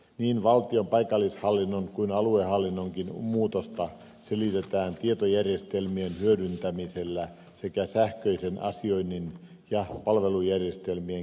niin valtion paikallishallinnon kuin aluehallinnonkin muutosta selitetään tietojärjestelmien hyödyntämisellä sekä sähköisen asioinnin ja palvelujärjestelmien kehittämisellä